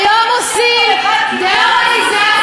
היום עושים דה-הומניזציה